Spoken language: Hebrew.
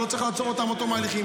לא צריך לעצור אותם עד תום ההליכים.